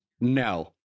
No